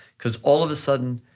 because all of a sudden,